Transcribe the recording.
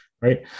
right